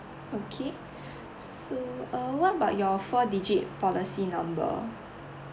okay so uh what about your four digit policy number